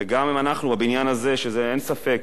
וגם אנחנו בבניין הזה, אין ספק